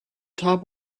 top